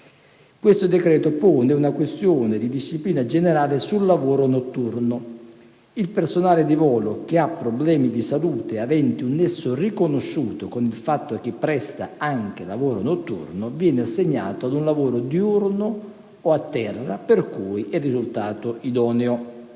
citato e che pone una questione di disciplina generale sul lavoro notturno. Il personale di volo che ha problemi di salute aventi un nesso riconosciuto con il fatto che presta anche lavoro notturno viene assegnato ad un lavoro diurno o a terra per cui è risultato idoneo.